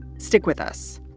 stick with us